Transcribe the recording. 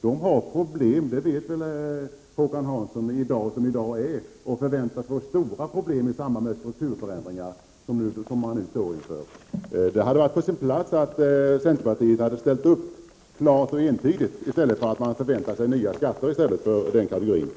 De har problem den dag som i dag är — det vet väl Håkan Hansson — och förväntas få svåra problem i samband med de strukturförändringar som vi står inför. Det hade allt varit på sin plats att centerpartiet hade ställt upp klart och entydigt för den kategorin, i stället för att låta den förvänta sig nya skatter.